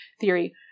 theory